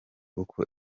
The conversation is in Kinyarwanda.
uko